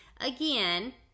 again